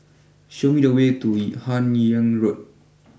show me the way to Hun Yeang Road